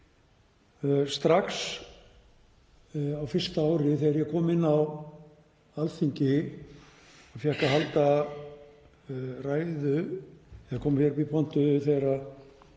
Strax á fyrsta ári þegar ég kom inn á Alþingi og fékk að halda ræðu, kom í pontu þegar